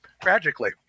tragically